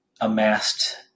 amassed